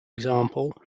example